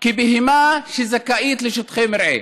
כבהמה שזכאית לשטחי מרעה.